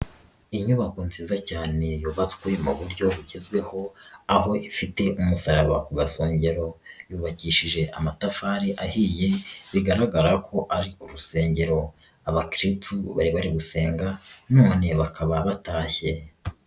Inyubako nziza cyane yubatswe mu buryo bugezweho aho ifite umusaraba ku gasongero, yubakishije amatafari ahiye bigaragara ko ari urusengero, abakirisitu bari bari gusenga, none bakaba batashye.